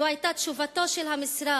זאת היתה תשובתו של משרד